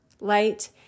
light